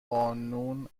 بانون